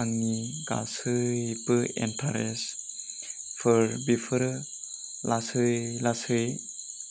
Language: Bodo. आंनि गासैबो एनथारेस्त फोर बिफोरो लासै लासै